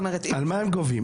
על מה הם גובים?